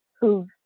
who've